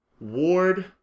Ward